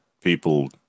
people